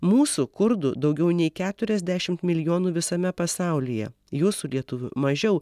mūsų kurdų daugiau nei keturiasdešimt milijonų visame pasaulyje jūsų lietuvių mažiau